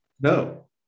No